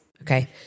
Okay